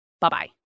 Bye-bye